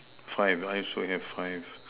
five I also have five